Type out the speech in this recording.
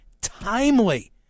timely